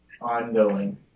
ongoing